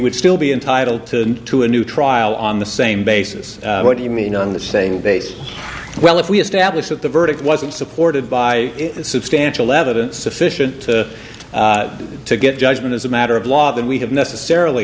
would still be entitled to to a new trial on the same basis what do you mean on the saying base well if we establish that the verdict wasn't supported by substantial evidence sufficient to get judgment as a matter of law then we have necessarily